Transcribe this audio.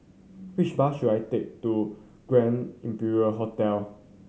which bus should I take to Grand Imperial Hotel